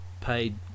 paid